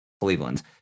Cleveland